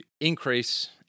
increase